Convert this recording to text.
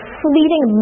fleeting